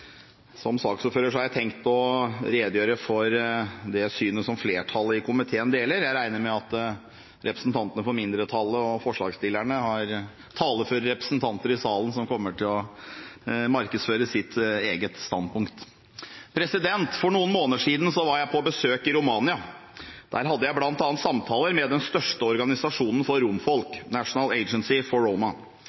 Som saksordfører har jeg tenkt å redegjøre for det synet som flertallet i komiteen deler. Jeg regner med at representantene for mindretallet og forslagsstillerne har taleføre representanter i salen som kommer til å markedsføre deres eget standpunkt. For noen måneder siden var jeg på besøk i Romania. Der hadde jeg bl.a. samtaler med den største organisasjonen for romfolk: National Agency for Roma.